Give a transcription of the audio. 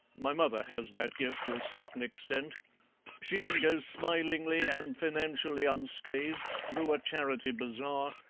my mother has that gift to a certain extent she can go smilingly and financially unscathed through a charity bazaar,